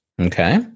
Okay